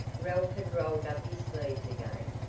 ralph had rolled up his sleeves again,